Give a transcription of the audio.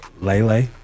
Lele